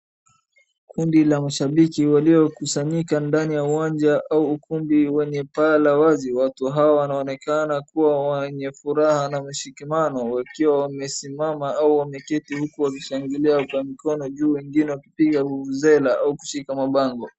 Kundi la mashabiki waliokusanyika ndani ya uwanja au ukumbi wenye paa la wazi. watu hawa wanaonekana kuwa wenye furaha na mshikamano wakiwa wamesimama au wameketi huku wakishangilia kwa mikono juu wengine wakipiga vuvuzela au kishika mabango.